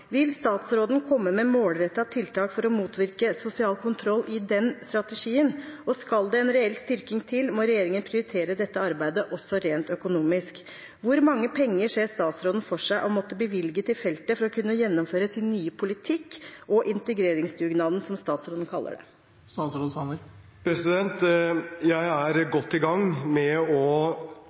Vil statsråden komme med målrettede tiltak i strategien for å motvirke sosial kontroll? Skal det en reell styrking til, må regjeringen prioritere dette arbeidet også rent økonomisk. Hvor mye penger ser statsråden for seg å måtte bevilge til feltet for å kunne gjennomføre sin nye politikk og integreringsdugnaden, som statsråden kaller det? Presidenten minner representanten om at all tale skal gå via presidenten. Jeg er godt i gang med å